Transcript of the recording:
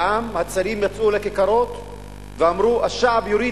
העם יצא לכיכרות ואמרו: (אומר בשפה הערבית: